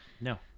No